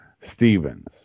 Stevens